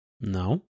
No